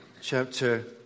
chapter